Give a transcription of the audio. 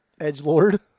edgelord